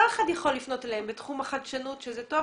כל אחד יכול לפנות אליהן בתחום החדשנות שזה טוב